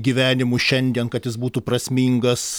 gyvenimu šiandien kad jis būtų prasmingas